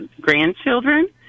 grandchildren